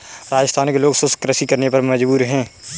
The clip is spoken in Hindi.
राजस्थान के लोग शुष्क कृषि करने पे मजबूर हैं